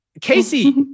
Casey